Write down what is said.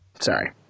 Sorry